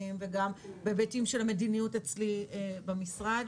וגם בהיבטים של המדיניות אצלי במשרד,